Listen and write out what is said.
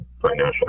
financial